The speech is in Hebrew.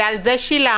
ועל זה שילמנו,